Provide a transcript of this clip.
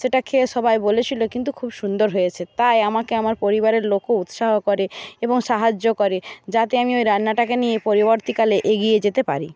সেটা খেয়ে সবাই বলেছিলো কিন্তু খুব সুন্দর হয়েছে তাই আমাকে আমার পরিবারের লোকও উৎসাহ করে এবং সাহায্য করে যাতে আমি ওই রান্নাটাকে নিয়ে পরিবর্তীকালে এগিয়ে যেতে পারি